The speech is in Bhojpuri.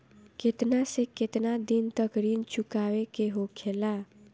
केतना से केतना दिन तक ऋण चुकावे के होखेला?